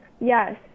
Yes